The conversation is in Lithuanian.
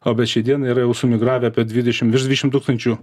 o bet šiai dienai yra jau sumigravę apie dvidešimt dvidešimt tūkstančių